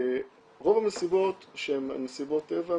רוב המסיבות שהן מסיבות טבע,